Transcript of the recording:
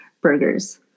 burgers